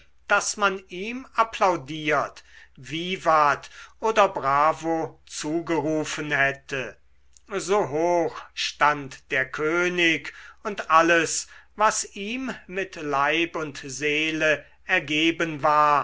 daß man ihm applaudiert vivat oder bravo zugerufen hätte so hoch stand der könig und alles was ihm mit leib und seele ergeben war